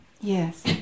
Yes